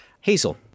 Hazel